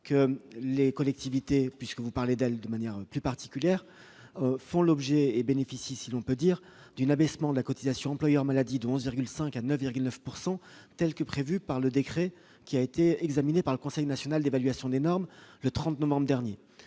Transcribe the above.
que les collectivités, puisque que vous parlez plus particulièrement d'elles, bénéficient- si l'on peut dire -d'un abaissement de la cotisation employeur maladie de 11,5 % à 9,9 %, tel que prévu par le décret examiné par le Conseil national d'évaluation des normes le 30 novembre dernier.